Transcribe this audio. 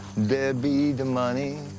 there be the money